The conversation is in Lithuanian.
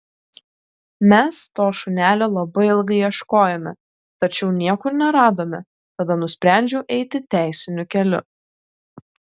mes to šunelio labai ilgai ieškojome tačiau niekur neradome tada nusprendžiau eiti teisiniu keliu